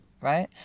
right